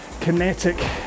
kinetic